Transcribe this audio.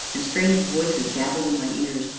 and strange voices gabbled in my ears,